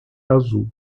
azul